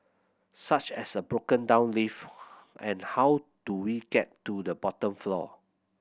such as a broken down lift and how do we get to the bottom floor